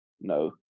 no